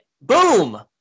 boom